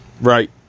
Right